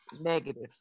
Negative